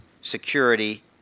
security